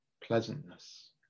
pleasantness